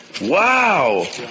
Wow